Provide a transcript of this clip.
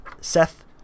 Seth